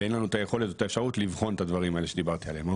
ואין לנו את היכולת ואת האפשרות לבחון את הדברים האלה שדיברתי עליהם.